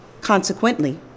Consequently